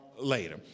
later